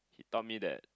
taught me that